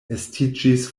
estiĝis